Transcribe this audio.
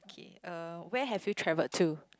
okay uh where have you travelled to